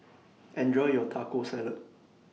Enjoy your Taco Salad